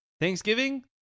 thanksgiving